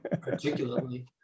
particularly